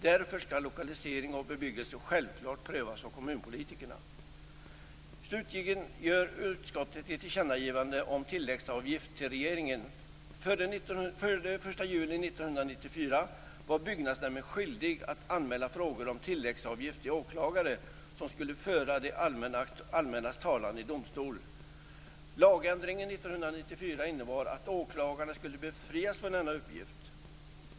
Därför skall lokalisering av bebyggelse självfallet prövas av kommunpolitikerna. Slutligen gör utskottet ett tillkännagivande om tilläggsavgift till regeringen. Före den 1 juli 1994 var byggnadsnämnden skyldig att anmäla frågor om tilläggsavgift till åklagare som skulle föra det allmännas talan vid domstol. Lagändringen 1994 innebar att åklagarna skulle befrias från denna uppgift.